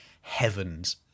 heavens